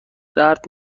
درد